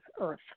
Earth